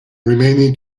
remaining